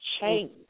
change